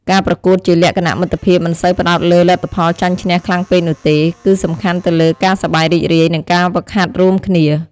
ការប្រកួតជាលក្ខណៈមិត្តភាពមិនសូវផ្តោតលើលទ្ធផលចាញ់ឈ្នះខ្លាំងពេកនោះទេ គឺសំខាន់ទៅលើការសប្បាយរីករាយ និងការហ្វឹកហាត់រួមគ្នា។